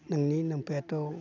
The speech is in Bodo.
नोंनि नोमफायाथ'